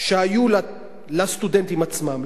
שהיו לסטודנטים עצמם,